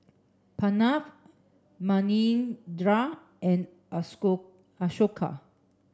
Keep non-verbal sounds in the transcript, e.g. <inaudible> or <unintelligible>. Pranav Manindra and <unintelligible> Ashoka